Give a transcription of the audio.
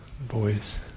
boys